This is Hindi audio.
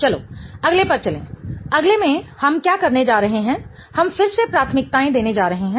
चलो अगले पर चले अगले में हम क्या करने जा रहे हैं हम फिर से प्राथमिकताएं देने जा रहे हैं